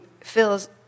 feels